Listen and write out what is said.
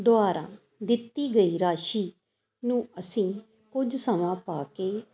ਦੁਆਰਾ ਦਿੱਤੀ ਗਈ ਰਾਸ਼ੀ ਨੂੰ ਅਸੀਂ ਕੁਝ ਸਮਾਂ ਪਾ ਕੇ